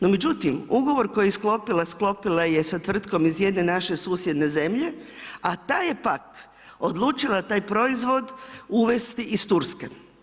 No međutim, ugovor koji je sklopila, sklopila je sa tvrtkom iz jeden naše susjedne zemlje, a ta je pak, odlučila taj proizvod uvesti iz Turske.